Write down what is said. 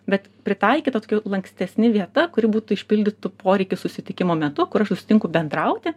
bet pritaikytos lankstesni vieta kuri būtų išpildytų poreikį susitikimo metu kur aš susitinku bendrauti